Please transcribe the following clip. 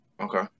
Okay